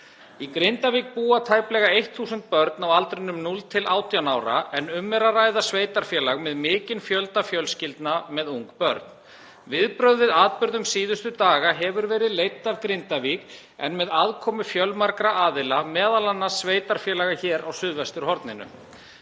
Í Grindavík búa tæplega 1.000 börn á aldrinum 0–18 ára en um er að ræða sveitarfélag með mikinn fjölda fjölskyldna með ung börn. Viðbrögð við atburðum síðustu daga hafa verið leidd af Grindavík en með aðkomu fjölmargra aðila, m.a. sveitarfélaga hér á suðvesturhorninu.